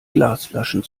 glasflaschen